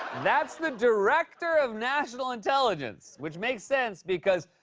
that's the director of national intelligence, which makes sense because,